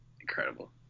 incredible